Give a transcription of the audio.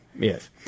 Yes